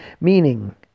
meaning